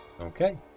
Okay